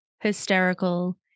hysterical